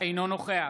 אינו נוכח